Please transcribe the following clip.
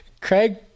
Craig